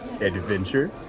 adventure